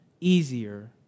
easier